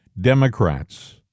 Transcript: Democrats